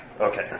Okay